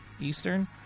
Eastern